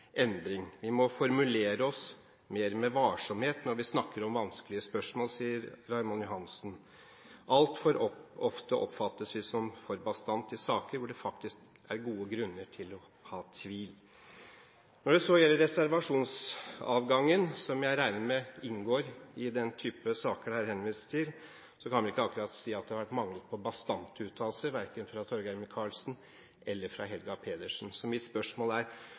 «Vi må formulere oss med mer varsomhet når vi snakker om vanskelige spørsmål. Altfor ofte oppfattes vi som for bastant i saker hvor det faktisk er gode grunner til å ha tvil.» Når det så gjelder reservasjonsadgangen, som jeg regner med inngår i den type saker det er henvist til, kan vi ikke akkurat si at det har vært mangel på bastante uttalelser, verken fra Torgeir Micaelsen eller fra Helga Pedersen. Så mitt spørsmål er: